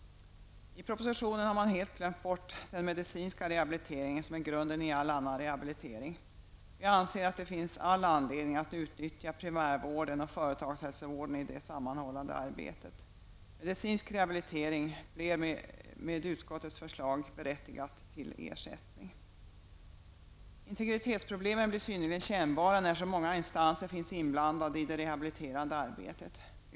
I propositionen har man helt glömt bort den medicinska rehabiliteringen, som är grunden i all annan rehabilitering. Vi anser att det finns all anledning att utnyttja primärvården och företagshälsovården i det sammanhållande arbetet. Integritetsproblemen blir synnerligen kännbara när så många instanser finns inblandade i det rehabiliterande arbetet.